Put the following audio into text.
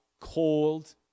cold